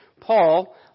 Paul